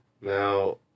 Now